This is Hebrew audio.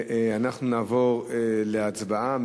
אנחנו נעבור להצבעה.